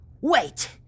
Wait